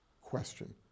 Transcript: question